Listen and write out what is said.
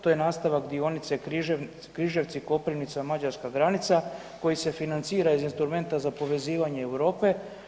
To je nastavak dionice Križevci-Koprivnica-mađarska granica koji se financira iz instrumenta za povezivanje Europe.